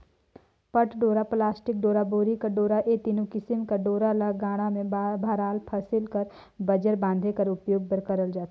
पट डोरा, पलास्टिक डोरा, बोरी कर डोरा ए तीनो किसिम कर डोरा ल गाड़ा मे भराल फसिल ल बंजर बांधे बर उपियोग करल जाथे